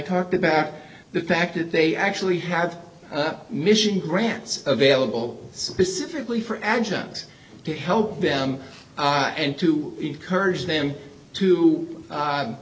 talked about the fact that they actually have a mission grants available specifically for actions to help them and to encourage them to